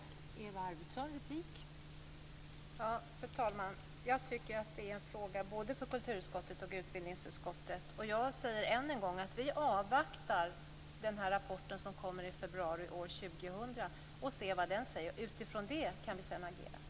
Fru talman! Jag tycker att det är en fråga både för kulturutskottet och för utbildningsutskottet. Jag säger än en gång: Vi avvaktar rapporten som kommer i februari år 2000 och ser vad den säger. Utifrån det kan vi sedan agera.